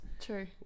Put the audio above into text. True